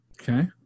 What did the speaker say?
Okay